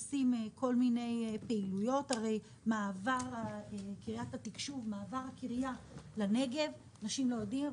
לגבי מעבר הקריה לנגב אנשים לא יודעים,